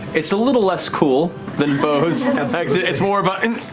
it's a little less cool than beau's exit. it's more of a